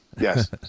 yes